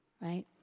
Right